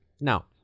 Now